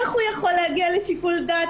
איך הוא יכול להגיע לשיקול דעת,